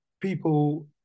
people